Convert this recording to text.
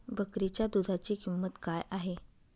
बकरीच्या दूधाची किंमत काय आहे?